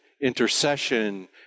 intercession